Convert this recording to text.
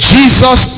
Jesus